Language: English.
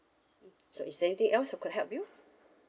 so is there anything else I could help you